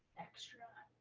extra.